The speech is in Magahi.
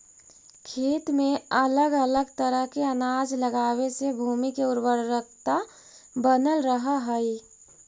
खेत में अलग अलग तरह के अनाज लगावे से भूमि के उर्वरकता बनल रहऽ हइ